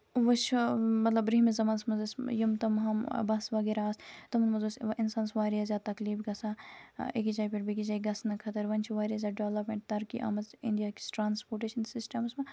وۄنۍ چھُ مطلب برہمِس زمانَس مَنز ٲسۍ یِم تِم ہُم بَس وغیرہ آسہٕ تمَن مَنز اوس یِوان اِنسانَس واریاہ زیادٕ تکلیٖف گَژھان أکِس جایہِ پٮ۪ٹھ بیکِس جایہِ گَژھنہٕ خٲطرٕ وۄنۍ چھِ واریاہ زیادٕ ڈیولیپمٮ۪نٹ ترقی آمٕژ اینڈیا کِس ٹرانَسپوٹیشَن سِسٹَمَس مَنز